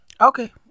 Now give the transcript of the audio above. Okay